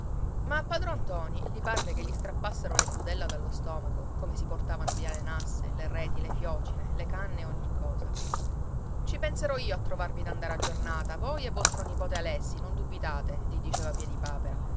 ma a padron ntoni gli parve che gli strappassero le budella dallo stomaco come si portavano via le nasse le reti le fiocine le canne e ogni cosa ci penserò io a trovarvi d'andare a giornata voi e vostro nipote alessi non dubitate gli diceva piedipapera